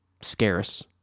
scarce